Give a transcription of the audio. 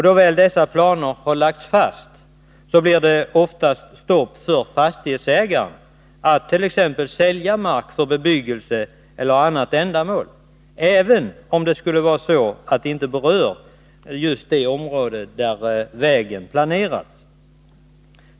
Då väl dessa planer har lagts fast blir det oftast stopp för fastighetsägaren att t.ex. sälja mark för bebyggelse eller annat ändamål, även om det skulle vara så att det inte berör just det område där vägen planeras.